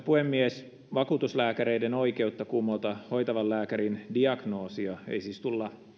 puhemies vakuutuslääkäreiden oikeutta kumota hoitavan lääkärin diagnoosi ei siis tulla